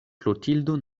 klotildo